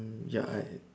ya I